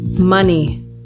Money